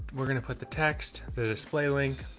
we're going to put the text, the display link,